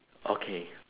okay